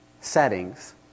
settings